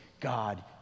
God